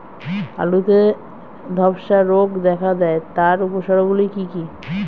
আলুতে ধ্বসা রোগ দেখা দেয় তার উপসর্গগুলি কি কি?